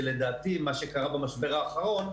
שלדעתי מה שקרה במשבר האחרון,